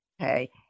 okay